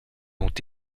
ont